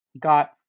got